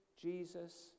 Jesus